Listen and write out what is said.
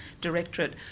Directorate